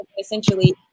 essentially